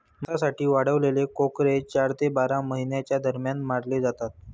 मांसासाठी वाढवलेले कोकरे चार ते बारा महिन्यांच्या दरम्यान मारले जातात